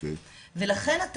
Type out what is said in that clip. ולכן,